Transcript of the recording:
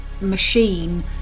machine